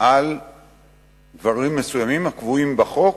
לציבור על דברים מסוימים הקבועים בחוק.